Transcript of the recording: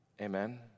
Amen